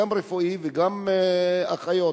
גם רפואי וגם אחיות.